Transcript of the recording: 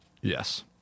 Yes